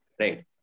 right